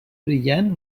brillant